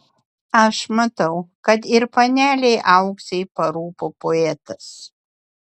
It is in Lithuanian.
aš matau kad ir panelei auksei parūpo poetas